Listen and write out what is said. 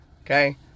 okay